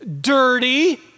dirty